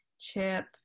Chip